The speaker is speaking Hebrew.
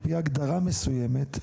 על פי הגדרה מסוימת,